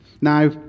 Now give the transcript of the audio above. Now